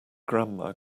grandma